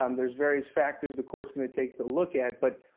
um there's various factors the courts gonna take to look at, but